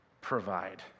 provide